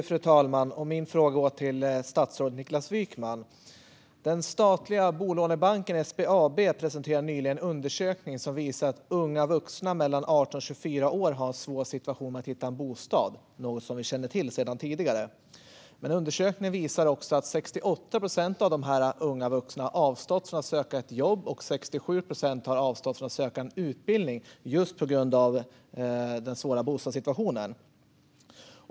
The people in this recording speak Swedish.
Fru talman! Min fråga går till statsrådet Niklas Wykman. Den statliga bolånebanken SBAB presenterade nyligen en undersökning som visar att unga vuxna mellan 18 och 24 år har svårt att hitta en bostad, något vi känner till sedan tidigare. Men undersökningen visar också att 68 procent av de unga vuxna har avstått från att söka ett jobb och 67 procent har avstått från att söka en utbildning på grund av den svåra bostadssituationen.